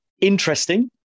interesting